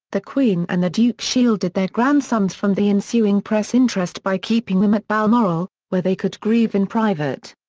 the queen and the duke shielded their grandsons from the ensuing press interest by keeping them at balmoral, where they could grieve in private.